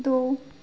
दो